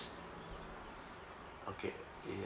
okay eh ya